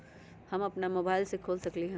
हम अपना मोबाइल से खोल सकली ह?